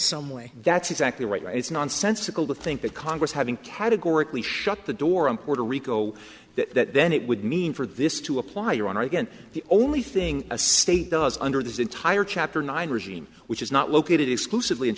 some way that's exactly right it's nonsensical to think that congress having categorically shut the door on puerto rico that then it would mean for this to apply you are again the only thing a state does under this entire chapter nine regime which is not located exclusively in